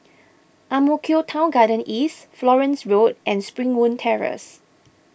Ang Mo Kio Town Garden East Florence Road and Springwood Terrace